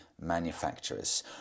manufacturers